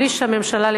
בלי שהממשלה,